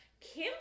Kim